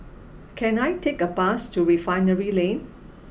can I take a bus to Refinery Lane